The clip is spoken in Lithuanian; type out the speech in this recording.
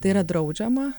tai yra draudžiama